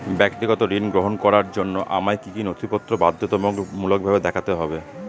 ব্যক্তিগত ঋণ গ্রহণ করার জন্য আমায় কি কী নথিপত্র বাধ্যতামূলকভাবে দেখাতে হবে?